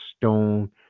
stone